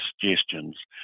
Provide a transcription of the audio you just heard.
suggestions